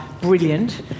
Brilliant